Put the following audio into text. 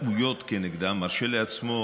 מהתבטאויות כנגדה, מרשה לעצמו